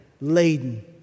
laden